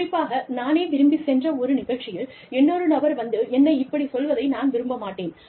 குறிப்பாக நானே விரும்பி சென்ற ஒரு நிகழ்ச்சியில் இன்னொரு நபர் வந்து என்னை இப்படி சொல்வதை நான் விரும்ப மாட்டேன்